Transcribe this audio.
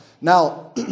Now